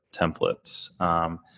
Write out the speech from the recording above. templates